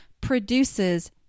produces